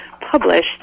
published